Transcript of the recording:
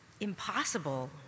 impossible